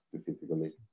specifically